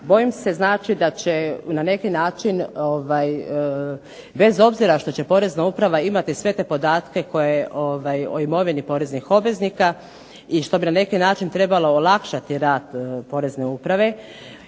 bojim se znači da će na neki način bez obzira što će porezna uprava imati sve te podatke o imovini poreznih obveznika i što bi na neki način trebalo olakšati rad porezne uprave,